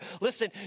listen